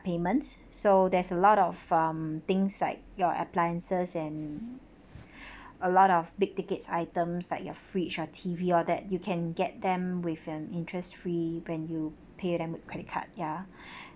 payments so there's a lot of um things like your appliances and a lot of big ticket items like your fridge or T_V all that you can get them with an interest free when you pay them with credit card ya